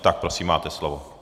Tak prosím, máte slovo.